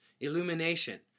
Illumination